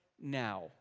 now